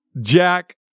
Jack